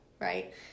right